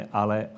ale